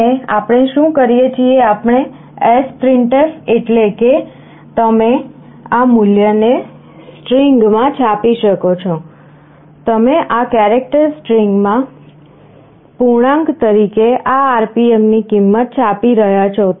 અને આપણે શું કરીએ છીએ આપણે sprintf એટલે કે તમે આ મૂલ્યને string માં છાપી શકો છો તમે આ કેરેક્ટર string માં પૂર્ણાંક તરીકે આ RPM ની કિંમત છાપી રહ્યાં છો